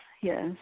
yes